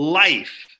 life